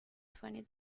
twenty